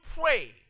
pray